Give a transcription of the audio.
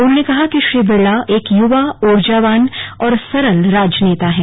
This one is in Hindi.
उन्होंने कहा कि श्री बिरला एक युवा ऊर्जावान और सरल राजनेता हैं